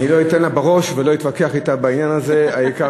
לא אתן לה בראש ולא אתווכח אתה בעניין הזה, העיקר